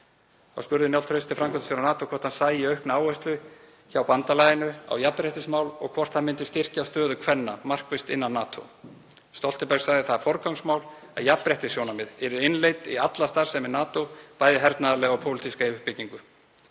Þá spurði Njáll Trausti framkvæmdastjóra NATO hvort hann sæi aukna áherslu hjá bandalaginu á jafnréttismál og hvort það myndi styrkja stöðu kvenna markvisst innan NATO. Stoltenberg sagði það forgangsmál að jafnréttissjónarmið yrðu innleidd í alla starfsemi NATO, bæði hernaðarlega og pólitíska uppbyggingu.